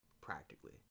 practically